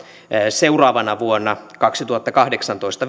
seuraavana vuonna kaksituhattakahdeksantoista